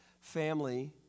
Family